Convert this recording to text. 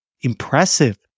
Impressive